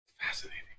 fascinating